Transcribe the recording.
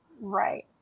right